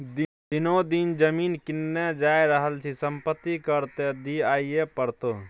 दिनो दिन जमीन किनने जा रहल छी संपत्ति कर त दिअइये पड़तौ